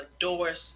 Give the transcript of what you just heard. doors